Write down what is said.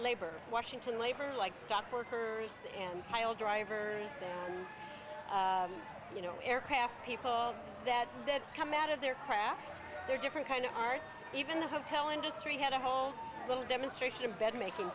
labor washington labor like dock workers and child drivers and you know aircraft people that that come out of their craft their different kind of art even the hotel industry had a whole little demonstration in bed making